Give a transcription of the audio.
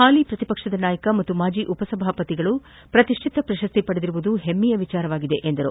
ಹಾಲಿ ಪ್ರತಿಪಕ್ಷದ ನಾಯಕ ಮತ್ತು ಮಾಜಿ ಉಪಸಭಾಪತಿ ಅವರು ಪ್ರತಿಷ್ಣಿತ ಪ್ರಶಸ್ತಿ ಪಡೆದಿರುವುದು ಹೆಮ್ಮೆಯ ವಿಷಯವಾಗಿದೆ ಎಂದರು